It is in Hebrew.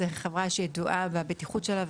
זו חברה שידועה בבטיחות שלה,